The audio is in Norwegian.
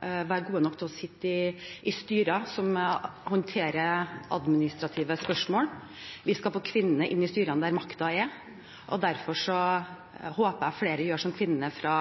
gode nok til å sitte i styrer som håndterer administrative spørsmål, vi skal få kvinnene inn i styrene der makten er. Derfor håper jeg flere gjør som kvinnene fra